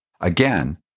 again